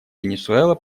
венесуэла